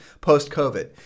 post-COVID